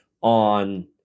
on